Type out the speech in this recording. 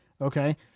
okay